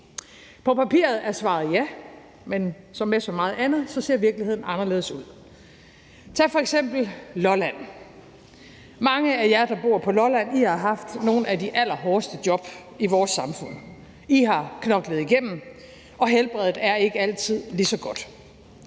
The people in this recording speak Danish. På papiret er svaret ja, men som med så meget andet ser virkeligheden anderledes ud. Tag f.eks. Lolland. Mange af jer, der bor på Lolland, har haft nogle af de allerhårdeste job i vores samfund. I har knoklet igennem, og helbredet er ikke altid helt så godt.